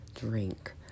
drink